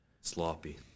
sloppy